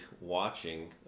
watching